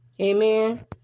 amen